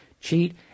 cheat